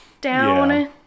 down